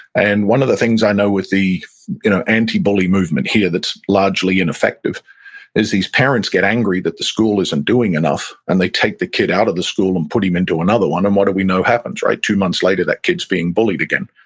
and one of the things i know with the anti-bully movement here that's largely ineffective is these parents get angry that the school isn't doing enough and they take the kid out of the school and put him into another one, and what do we know happens? two months later, that kid is being bullied again.